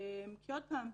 עוד פעם,